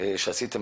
שעשיתם